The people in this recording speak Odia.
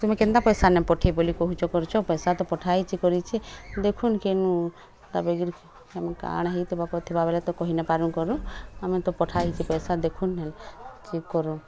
ତୁମେ କେନ୍ତା ପଇସା ନାଇଁ ପଠେଇବି ବୋଲି କୋହୁଛ କରୁଛ ପଇସା ତ ପଠା ହେଇଛି କରିଛି ଦେଖୁନ୍ କେନୁ ତା ପାଖରେ କେନୁ କାଣ ହେଇଥିବା କରିଥିବାବେଳେ ତ କହିନାଇ ପାରୁନ୍ କରୁନ୍ ଆମେ ତ ପଠା ହେଇଛି ପଇସା ଦେଖୁନ୍ ହୁଁ ଚେକ୍ କରୁନ୍